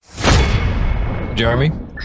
Jeremy